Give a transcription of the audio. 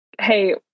Hey